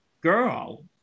girl